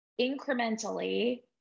incrementally